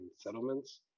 settlements